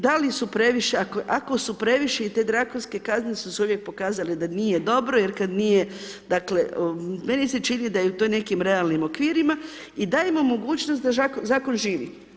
Da li su previše, ako su previše i te drakonske kazne su se uvijek pokazale da nije dobro, jer kad nije dakle meni se čini da je to u nekim realnim okvirima i dajemo mogućnost da zakon živi.